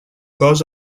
cos